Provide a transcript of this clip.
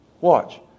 Watch